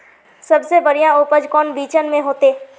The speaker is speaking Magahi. सबसे बढ़िया उपज कौन बिचन में होते?